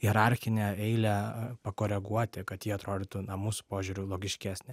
hierarchinę eilę pakoreguoti kad ji atrodytų na mūsų požiūriu logiškesnė